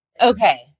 Okay